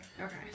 Okay